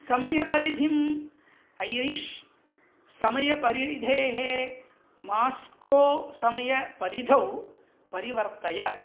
समयपरिधिम् Irish समयपरिधेः Moscow समयपरिधौ परिवर्तय